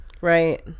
Right